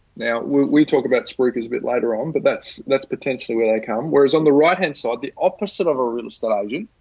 now w we talk about spruikers a bit later on, but that's, that's potentially where they come. whereas on the right hand side, the opposite of a real estate agent